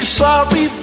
sorry